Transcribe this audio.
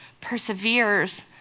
perseveres